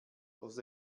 los